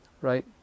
right